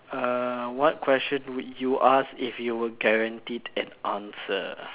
uh what question would you ask if you were guaranteed an answer